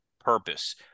purpose